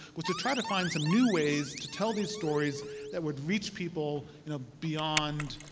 was to try to find some new ways to tell these stories that would reach people you know beyond